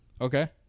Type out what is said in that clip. Okay